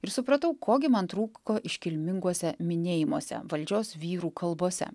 ir supratau ko gi man trūko iškilminguose minėjimuose valdžios vyrų kalbose